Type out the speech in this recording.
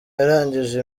yarangije